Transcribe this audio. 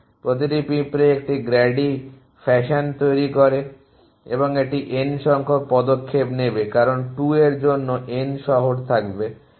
প্রতিটি পিঁপড়া একটি গ্র্যাডি ফ্যাশনে তৈরি করে এবং এটি N সংখ্যক পদক্ষেপ নেবে কারণ 2a এর জন্য N শহর থাকতে হবে